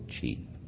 cheap